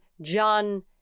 John